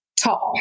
top